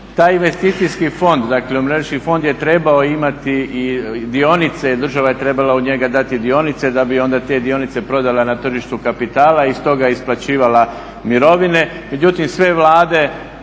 Taj investicijski fond, dakle umirovljenički fond, je trebao imati i dionice, država je trebala u njega dati dionice da bi onda te dionice prodala na tržištu kapitala i iz toga isplaćivala mirovine. Međutim, sve vlade